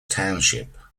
township